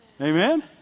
Amen